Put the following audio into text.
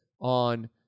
on